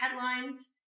headlines